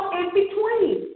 in-between